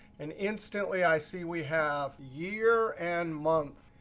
and instantly, i see we have year and month.